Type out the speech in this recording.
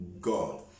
God